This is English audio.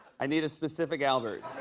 i need a specific albert.